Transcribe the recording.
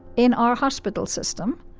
in our hospital system,